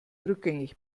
rückgängig